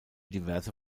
diverse